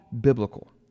biblical